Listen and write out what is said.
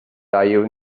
value